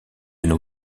nos